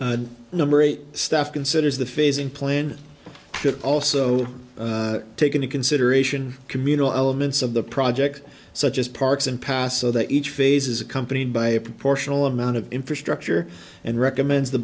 the number eight stuff considers the phasing plan should also take into consideration communal elements of the project such as parks and passed so that each phase is accompanied by a proportional amount of infrastructure and recommends the